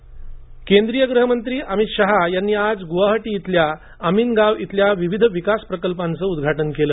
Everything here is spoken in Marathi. अमित शहा दौरा केंद्रीय गृहमंत्री अमित शहा यांनी आज गुवाहाटी इथल्या अमिनगाव इथं विविध विकास प्रकल्पांचं उद्घाटन केलं